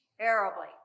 terribly